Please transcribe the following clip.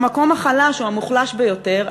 למקום החלש או המוחלש ביותר,